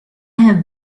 have